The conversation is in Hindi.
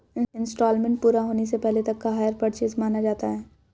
इन्सटॉलमेंट पूरा होने से पहले तक हायर परचेस माना जाता है